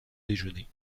déjeuner